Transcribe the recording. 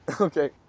Okay